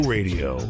Radio